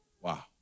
Wow